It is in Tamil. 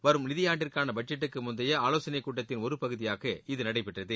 வரும் நிதியாண்டிற்கான பட்ஜெட்டுக்கு முந்தைய ஆலோசனைக்கூட்டத்தின் ஒரு பகுதியாக இது நடைபெற்றது